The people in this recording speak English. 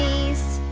ways